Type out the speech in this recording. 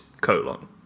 colon